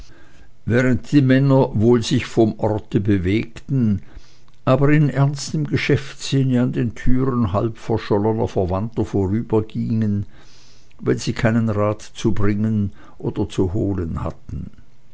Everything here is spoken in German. während die männer wohl sich vom orte bewegten aber in ernstem geschäftssinne an den türen halbverschollener verwandter vorübergingen wenn sie keinen rat zu bringen oder zu holen